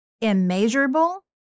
immeasurable